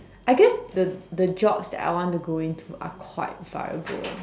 I guess the the jobs that I want to go into are quite viable